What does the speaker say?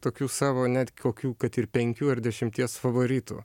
tokių savo net kokių kad ir penkių ar dešimties favoritų